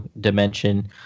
dimension